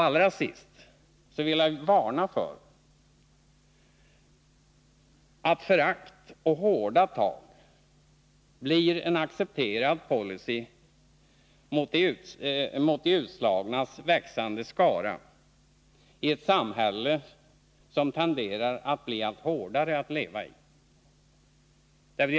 Allra sist vill jag varna för att förakt och hårda tag blir en accepterad policy mot de utslagnas växande skara i ett samhälle som tenderar att bli allt hårdare att leva i.